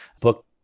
book